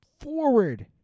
Forward